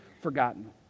forgotten